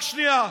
רק שנייה,